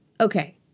okay